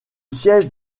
siège